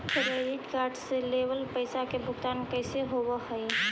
Credit card से लेवल पैसा के भुगतान कैसे होव हइ?